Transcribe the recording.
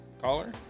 caller